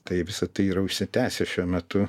tai visa tai yra užsitęsę šiuo metu